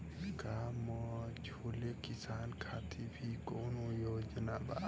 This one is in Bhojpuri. का मझोले किसान खातिर भी कौनो योजना बा?